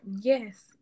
Yes